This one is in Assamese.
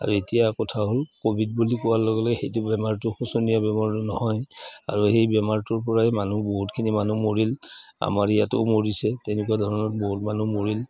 আৰু এতিয়া কথা হ'ল ক'ভিড বুলি কোৱাৰ লগে লগে সেইটো বেমাৰটো শোচনীয়া বেমাৰ নহয় আৰু সেই বেমাৰটোৰ পৰাই মানুহ বহুতখিনি মানুহ মৰিল আমাৰ ইয়াতো মৰিছে তেনেকুৱা ধৰণৰ বহুত মানুহ মৰিল